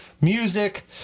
music